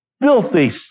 filthy